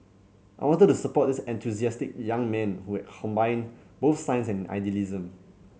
I wanted to support this enthusiastic young man who had combined both science and idealism